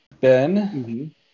Ben